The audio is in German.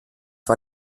war